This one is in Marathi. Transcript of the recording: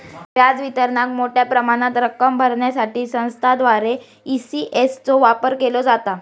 व्याज वितरणाक मोठ्या प्रमाणात रक्कम भरण्यासाठी संस्थांद्वारा ई.सी.एस चो वापर केलो जाता